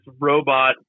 robot